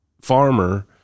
farmer